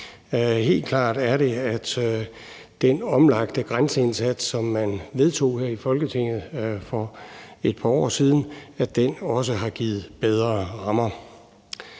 Helt klart er det, at den omlagte grænseindsats, som man vedtog her i Folketinget for par år siden, også har givet bedre rammer.